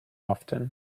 often